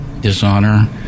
dishonor